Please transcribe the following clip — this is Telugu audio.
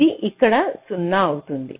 ఇది ఇక్కడ 0 అవుతుంది